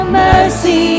mercy